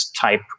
type